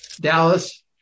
Dallas